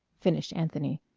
finished anthony.